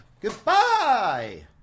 Goodbye